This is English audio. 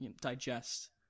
digest